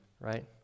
right